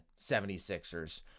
76ers